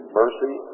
mercy